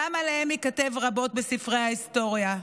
וגם עליהם ייכתב רבות בספרי ההיסטוריה.